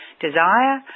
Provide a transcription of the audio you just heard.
desire